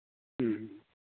ꯎꯝ